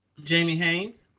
jamie haynes.